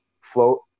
float